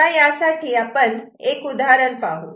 आता आपण एक उदाहरण पाहू